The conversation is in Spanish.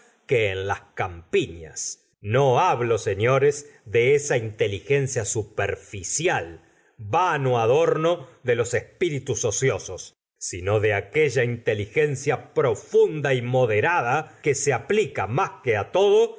que en las campiñas no hablo señores de esa inteligencia superficial vano adorno de los espíritus ociosos sino de aquella inteligencia profunda y moderada que se aplica más que todo